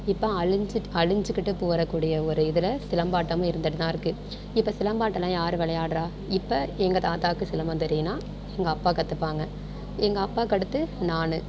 இப்போ அழிஞ்சு அழிஞ்சுக்கிட்டு போகிறக் கூடிய ஒரு இதில் சிலம்பாட்டமும் இருந்துட்டு தான் இருக்குது இப்போ சிலம்பாட்டம்லாம் யாரு விளையாடுறா இப்போ எங்கள் தாத்தாக்கு சிலம்பம் தெரியும்னா எங்கள் அப்பா கத்துப்பாங்க எங்கள் அப்பாக்கு அடுத்து நான்